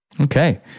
okay